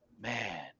man